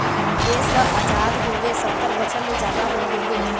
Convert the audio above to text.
देश ल अजाद होवे सत्तर बछर ले जादा होगे हे